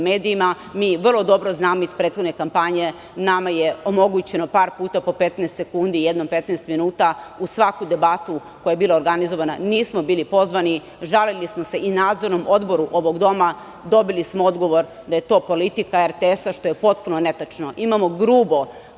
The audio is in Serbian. medijima. Mi vrlo dobro znamo iz prethodne kampanje. Nama je omogućeno par puta po 15 sekundi i jednom 15 minuta. U svaku debatu koja je bila organizovana nismo bili pozvani. Žalili smo se i Nadzornom odboru ovog doma. Dobili smo odgovor da je to politika RTS-a, što je potpuno netačno. Imamo grubo